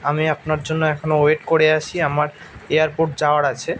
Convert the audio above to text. আমি আপনার জন্য এখনো ওয়েট করে আছি আমার এয়ারপোর্ট যাওয়ার আছে